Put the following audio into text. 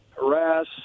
harass